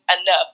enough